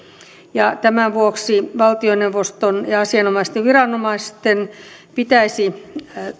ja tämän vuoksi valtioneuvoston ja asianomaisten viranomaisten pitäisi